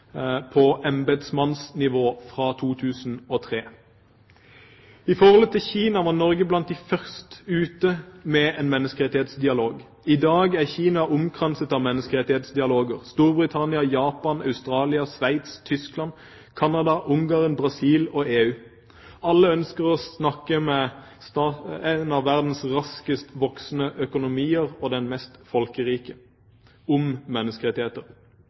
på embetsmannsnivå fra 2003. I forholdet til Kina var Norge blant de land som var først ute med en menneskerettighetsdialog. I dag er Kina omkranset av menneskerettighetsdialoger. Storbritannia, Japan, Australia, Sveits, Tyskland, Canada, Ungarn, Brasil og EU – alle ønsker å snakke med en av verdens raskest voksende økonomier og det mest folkerike land om menneskerettigheter.